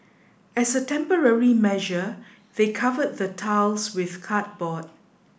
as a temporary measure they covered the tiles with cardboard